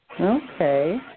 Okay